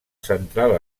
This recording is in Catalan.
central